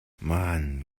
mann